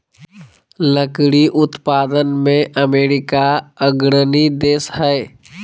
लकड़ी उत्पादन में अमेरिका अग्रणी देश हइ